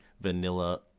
vanilla